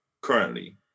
currently